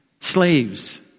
slaves